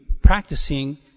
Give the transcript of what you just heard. practicing